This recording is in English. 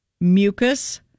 mucus